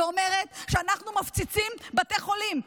ואומרת שאנחנו מפציצים בתי חולים.